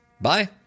Bye